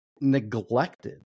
neglected